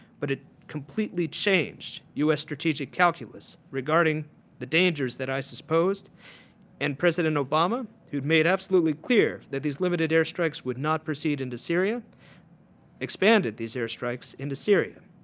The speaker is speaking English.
but it completely changed u s. strategic calculus regarding the dangers that isis posed in president obama who had made absolutely clear that these limited airstrikes would not proceed into syria expanded these airstrikes into syria.